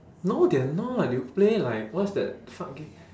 no they're not you play like what's that fuck ga~